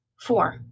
four